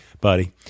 buddy